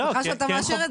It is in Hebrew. תודה שאתה מאשר את זה.